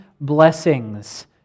blessings